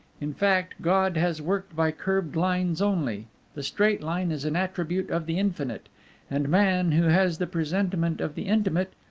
in fact, god has worked by curved lines only the straight line is an attribute of the infinite and man, who has the presentiment of the infinite,